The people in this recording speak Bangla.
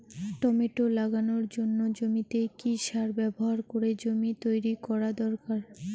টমেটো লাগানোর জন্য জমিতে কি সার ব্যবহার করে জমি তৈরি করা দরকার?